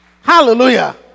Hallelujah